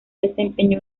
desempeñó